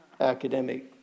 academic